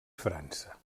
frança